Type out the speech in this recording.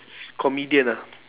comedian ah